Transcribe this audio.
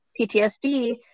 PTSD